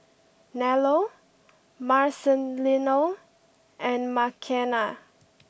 Nello Marcelino and Makena